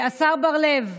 השר בר לב,